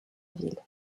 ville